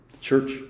church